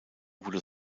wurde